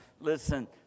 Listen